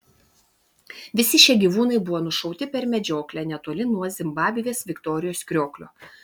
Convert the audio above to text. visi šie gyvūnai buvo nušauti per medžioklę netoli nuo zimbabvės viktorijos krioklio